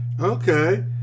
Okay